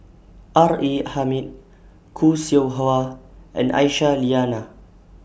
R A Hamid Khoo Seow Hwa and Aisyah Lyana